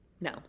No